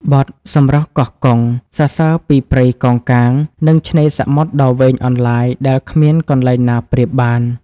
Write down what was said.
បទ «សម្រស់កោះកុង» សរសើរពីព្រៃកោងកាង និងឆ្នេរសមុទ្រដ៏វែងអន្លាយដែលគ្មានកន្លែងណាប្រៀបបាន។